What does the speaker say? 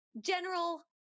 general